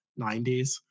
90s